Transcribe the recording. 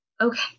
okay